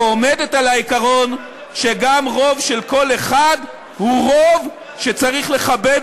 שעומדת על העיקרון שגם רוב של קול אחד הוא רוב שצריך לכבד,